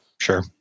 sure